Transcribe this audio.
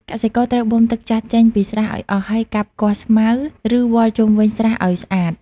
កសិករត្រូវបូមទឹកចាស់ចេញពីស្រះឲ្យអស់ ហើយកាប់គាស់ស្មៅ ឬវល្លិជុំវិញស្រះឲ្យស្អាត។